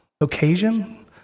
occasion